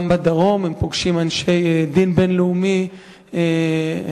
בדרום הם פוגשים אנשי דין בין-לאומי מהפצ"ר,